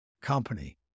company